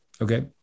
Okay